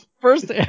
first